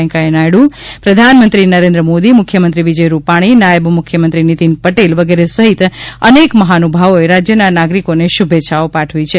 વેકેયાહ નાયડુ પ્રધાનમંત્રી નરેન્દ્ર મોદી મુખ્યમંત્રી વિજય રૂપાણી નાયબ મુખ્યમંત્રી નીતીન પટેલ વગેરે સહિત અનેક મહાનુભાવોએ રાજયના નાગરીકોને શુભેચ્છાઓ પાઠવી છે